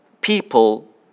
people